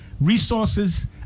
resources